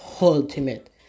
ultimate